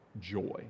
joy